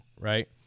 right